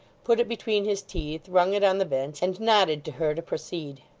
put it between his teeth, rung it on the bench and nodded to her to proceed.